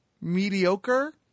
mediocre